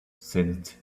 sensed